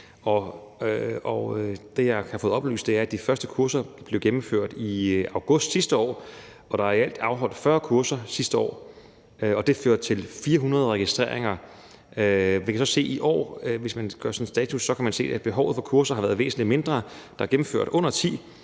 Det, jeg har fået oplyst, er, at de første kurser blev gennemført i august sidste år. Der er i alt afholdt 40 kurser sidste år, og det førte til 400 registreringer. Vi kan så se i år, hvis vi gør status, at behovet for kurser har været væsentlig mindre. Der er gennemført under 10